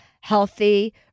healthy